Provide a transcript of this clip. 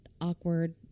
awkward